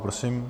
Prosím.